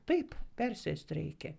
taip persėst reikia